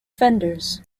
fenders